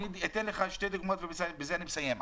אני אתן לך שתי דוגמאות ובזה אני מסיים.